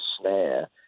snare